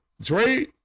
Dre